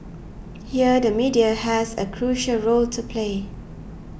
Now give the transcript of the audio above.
here the media has a crucial role to play